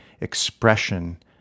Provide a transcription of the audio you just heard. expression